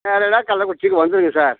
வேணும்னா கள்ளக்குறிச்சிக்கு வந்துடுங்க சார்